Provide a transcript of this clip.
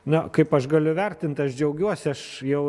na kaip aš galiu vertint aš džiaugiuosi aš jau